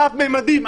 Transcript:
רב ממדים.